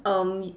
um